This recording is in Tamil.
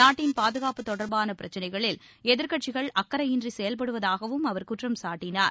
நாட்டின் பாதுகாப்பு தொடர்பான பிரச்சினைகளில் எதிர்க்கட்சிகள் அக்கறையின்றி செயல்படுவதாகவும் அவர் குற்றம்சாட்டனார்